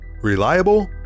Reliable